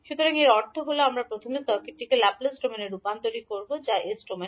সুতরাং এর অর্থ হল আমাদের প্রথমে এই সার্কিটটিকে ল্যাপ্লেস ডোমেইনে রূপান্তর করতে হবে যা s ডোমেন